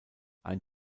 ein